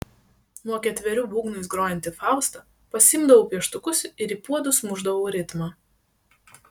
nuo ketverių būgnais grojanti fausta pasiimdavau pieštukus ir į puodus mušdavau ritmą